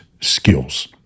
skills